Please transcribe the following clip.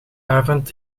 avond